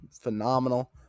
phenomenal